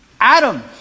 Adam